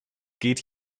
geht